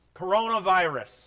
Coronavirus